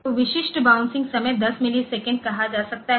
तो विशिष्ट बाउंसिंग समय 10 मिलीसेकंड कहा जा सकता है